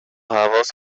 هواس